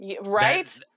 right